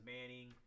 Manning